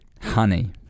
Honey